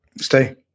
stay